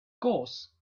course